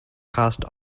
cast